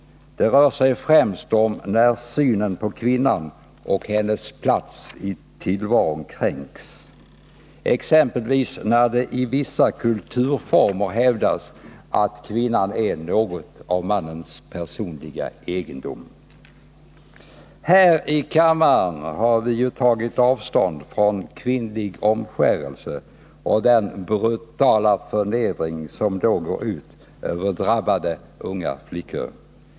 Det är främst när synen på kvinnan och hennes plats i tillvaron kränks, exempelvis när det i vissa kulturformer hävdas att kvinnan är något av mannens personliga egendom. Här i kammaren har vi tagit avstånd från kvinnlig omskärelse: Det är en brutal förnedring av de då drabbade unga flickorna.